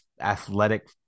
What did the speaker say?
athletic